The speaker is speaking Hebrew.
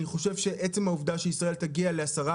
אני חושב שעצם העובדה שישראל תגיע לעשרה